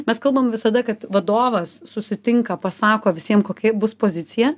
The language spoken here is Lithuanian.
mes kalbam visada kad vadovas susitinka pasako visiem kokia bus pozicija